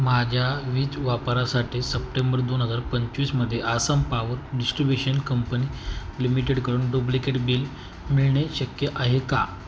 माझ्या वीज वापरासाठी सप्टेंबर दोन हजार पंचवीसमध्ये आसाम पावर डिस्ट्र्रीब्युशन कंपनी लिमिटेडकडून डुप्लिकेट बिल मिळणे शक्य आहे का